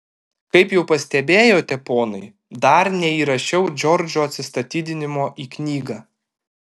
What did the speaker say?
kaip jau pastebėjote ponai dar neįrašiau džordžo atsistatydinimo į knygą